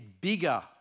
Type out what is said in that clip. bigger